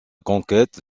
conquête